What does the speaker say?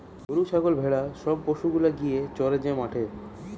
গরু ছাগল ভেড়া সব পশু গুলা গিয়ে চরে যে মাঠে